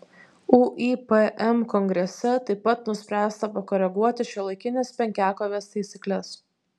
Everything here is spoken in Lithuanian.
uipm kongrese taip pat nuspręsta pakoreguoti šiuolaikinės penkiakovės taisykles